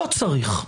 לא צריך.